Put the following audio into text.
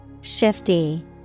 Shifty